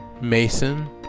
Mason